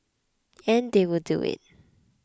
and they will do it